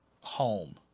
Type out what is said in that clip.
home